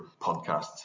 podcasts